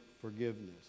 forgiveness